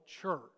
church